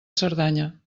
cerdanya